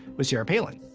was sarah palin.